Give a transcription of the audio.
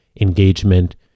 engagement